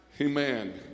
Amen